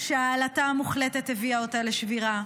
שהעלטה המוחלטת הביאה אותה לשבירה,